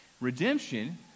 Redemption